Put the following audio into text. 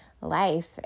life